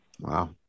Wow